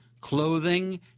clothing